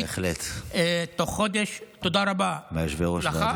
הרבה פחות, אומר לי היושב-ראש, לא,